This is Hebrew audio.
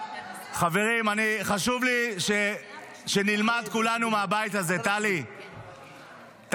חברים, חשוב לי שנלמד כולנו מהבית הזה, טלי, טלי,